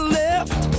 left